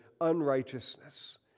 unrighteousness